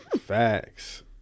Facts